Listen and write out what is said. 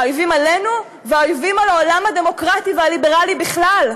האויבים עלינו והאויבים על העולם הדמוקרטי והליברלי בכלל.